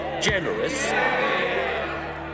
generous